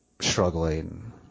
struggling